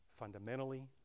fundamentally